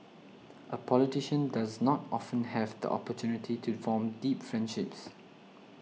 a politician does not often have the opportunity to form deep friendships